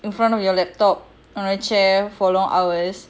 in front of your laptop on a chair for long hours